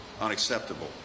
unacceptable